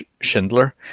Schindler